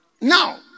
Now